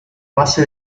base